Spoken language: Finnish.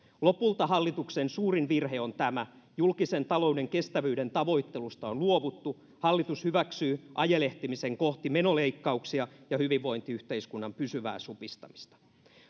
lopulta hallituksen suurin virhe on tämä julkisen talouden kestävyyden tavoittelusta on luovuttu hallitus hyväksyy ajelehtimisen kohti menoleikkauksia ja hyvinvointiyhteiskunnan pysyvää supistamista